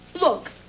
look